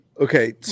Okay